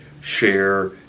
share